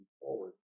forward